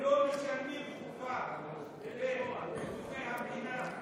לא משלמים חובה, ביטוחי המדינה?